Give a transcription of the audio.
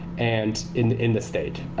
and in in the state.